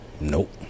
Nope